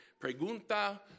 pregunta